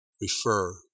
refer